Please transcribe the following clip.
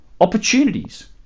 opportunities